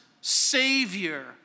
Savior